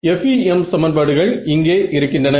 FEM சமன்பாடுகள் இங்கே இருக்கின்றன